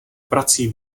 prací